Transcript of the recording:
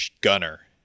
gunner